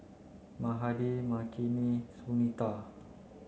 Mahade Makineni Sunita